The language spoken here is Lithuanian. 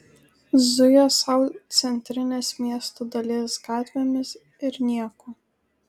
zuja sau centrinės miesto dalies gatvėmis ir nieko